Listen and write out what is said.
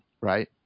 Right